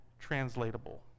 translatable